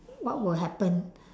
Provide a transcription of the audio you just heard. what will happen